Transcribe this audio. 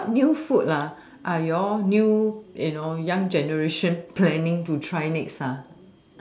what new food ah are you all new you know young generation planning to try next ah